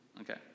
Okay